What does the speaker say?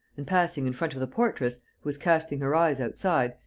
and, passing in front of the portress, who was casting her eyes outside,